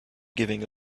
giving